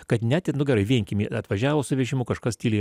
kad net į nu gerai vienkiemį atvažiavo su vežimu kažkas tyliai